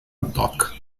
doca